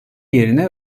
yerine